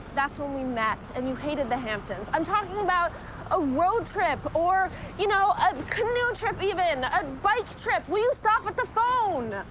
that's where we met, and you hated the hamptons. i'm talking about a road trip, or you know a canoe trip, even. a bike trip. will you stop with the phone?